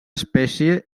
espècie